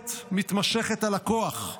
ביקורת מתמשכת על הכוח.